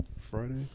Friday